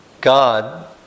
God